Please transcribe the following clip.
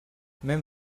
même